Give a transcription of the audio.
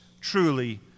truly